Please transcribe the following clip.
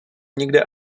nikde